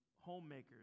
homemakers